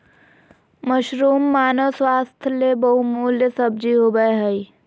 mushroom मानव स्वास्थ्य ले बहुमूल्य सब्जी होबय हइ